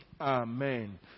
Amen